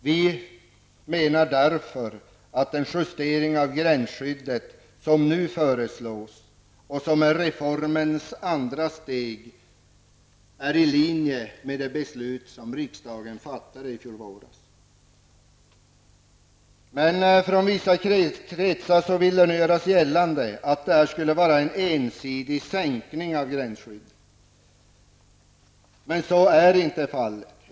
Vi menar därför att den justering av gränsskyddet som nu föreslås och som är reformens andra steg är i linje med det beslut som riksdagen fattade i fjol våras. Men i vissa kretsar vill man nu göra gällande att detta skulle vara en ensidig sänkning av gränsskyddet. Så är inte fallet.